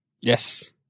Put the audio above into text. Yes